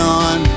on